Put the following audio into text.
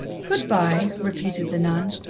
good-bye, repeated the nun.